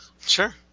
Sure